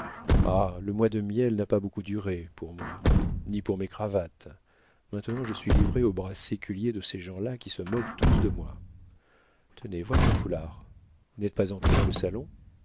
ah le mois de miel n'a pas beaucoup duré pour moi ni pour mes cravates maintenant je suis livré au bras séculier de ces gens-là qui se moquent tous de moi tenez voilà un foulard vous n'êtes pas entré dans le salon